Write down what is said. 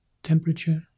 temperature